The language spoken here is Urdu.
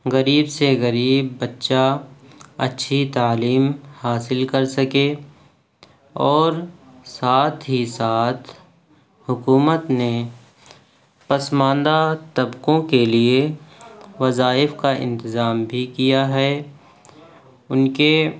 غریب سے غریب بچہ اچھی تعلیم حاصل کر سکے اور ساتھ ہی ساتھ حکومت نے پسماندہ طبقوں کے لیے وظائف کا انتظام بھی کیا ہے ان کے